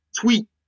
tweet